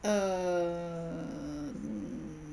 err